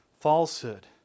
falsehood